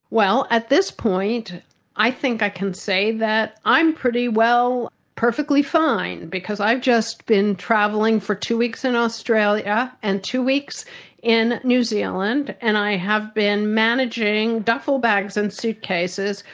well, at this point i think i can say that i'm pretty well perfectly fine, because i've just been travelling for two weeks in australia and two weeks in new zealand, and i have been managing duffle bags and suitcases,